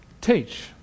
teach